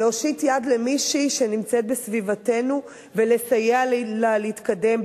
להושיט יד למישהי שנמצאת בסביבתנו ולסייע לה להתקדם,